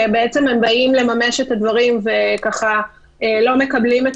כשהם באים לממש את הדברים ולא מקבלים את